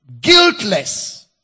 guiltless